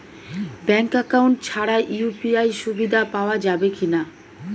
Bank account ছাড়া UPI সুবিধা পাওয়া যাবে কি না?